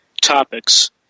topics